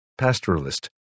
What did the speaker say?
pastoralist